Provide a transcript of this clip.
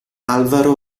álvaro